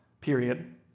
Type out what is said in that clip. period